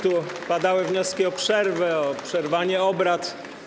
Tu padały wnioski o przerwę, o przerwanie obrad.